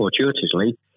fortuitously